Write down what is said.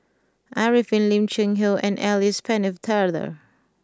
Arifin Lim Cheng Hoe and Alice Pennefather